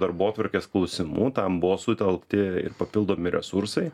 darbotvarkės klausimų tam buvo sutelkti papildomi resursai